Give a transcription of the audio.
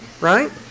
right